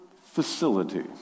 facility